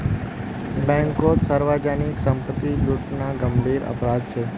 बैंककोत सार्वजनीक संपत्ति लूटना गंभीर अपराध छे